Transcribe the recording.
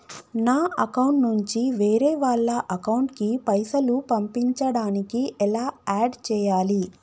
నా అకౌంట్ నుంచి వేరే వాళ్ల అకౌంట్ కి పైసలు పంపించడానికి ఎలా ఆడ్ చేయాలి?